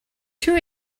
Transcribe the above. two